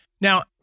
Now